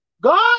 God